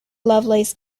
lovelace